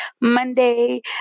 Monday